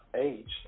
age